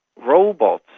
robots,